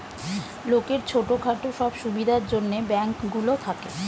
লোকের ছোট খাটো সব সুবিধার জন্যে ব্যাঙ্ক গুলো থাকে